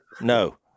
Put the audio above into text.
no